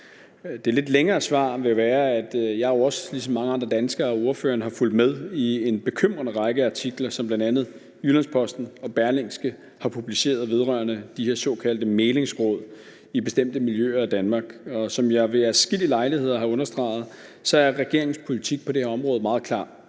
Det lidt længere svar vil være, at jeg jo også ligesom mange andre danskere og ordføreren har fulgt med i en bekymrende række artikler, som bl.a. Jyllands-Posten og Berlingske har publiceret vedrørende disse såkaldte mæglingsråd i bestemte miljøer i Danmark. Som jeg ved adskillige lejligheder har understreget, er regeringens politik på det her område meget klar.